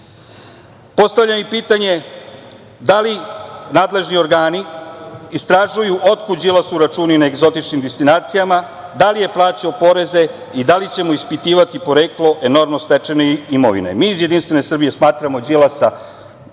nasilje. Postavljam i pitanje da li nadležni organi istražuju otkud Đilasu računi na egzotičnim destinacijama, da li je plaćao poreze i da li će mu ispitivati poreklo enormno stečene imovine? Mi iz JS smatramo da Đilasa